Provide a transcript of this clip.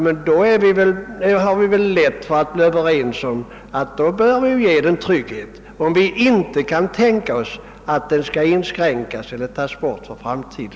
Och om man inte skulle kunna tänka sig att forskningen i framtiden skall inskränkas eller upphöra, så vore det väl lätt att skapa trygghet för dem som skall syssla med detta arbete.